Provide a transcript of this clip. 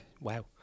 Wow